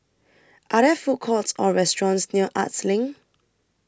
Are There Food Courts Or restaurants near Arts LINK